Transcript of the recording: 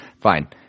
fine